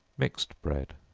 mixed bread.